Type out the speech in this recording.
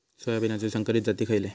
सोयाबीनचे संकरित जाती खयले?